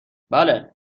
بله